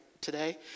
today